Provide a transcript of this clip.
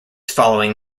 following